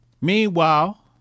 Meanwhile